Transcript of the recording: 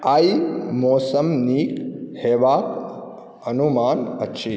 आइ मौसम नीक हेबाक अनुमान अछि